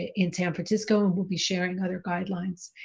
in san francisco and we'll be sharing other guidelines,